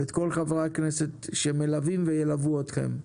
ואת כל חברי הכנסת שמלווים וילוו אתכם.